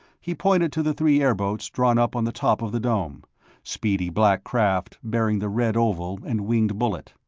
he pointed to the three airboats drawn up on the top of the dome speedy black craft, bearing the red oval and winged bullet.